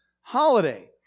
holiday